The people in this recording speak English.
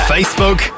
Facebook